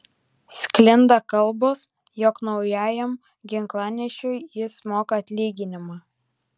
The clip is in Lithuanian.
sklinda kalbos jog naujajam ginklanešiui jis moka atlyginimą